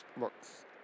looks